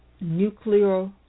nuclear